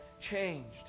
changed